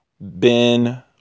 Ben